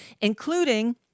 including